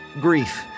grief